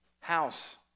house